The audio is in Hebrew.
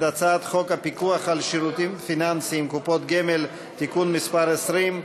הצעת חוק הפיקוח על שירותים פיננסיים (קופות גמל) (תיקון מס' 20),